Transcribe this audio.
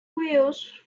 wheels